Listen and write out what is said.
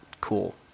cool